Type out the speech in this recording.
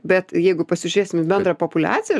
bet jeigu pasižiūrėsim į bendrą populiaciją